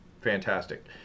Fantastic